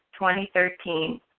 2013